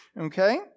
Okay